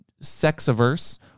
sex-averse